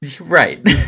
right